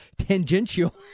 Tangential